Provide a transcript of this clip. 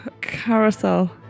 carousel